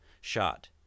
shot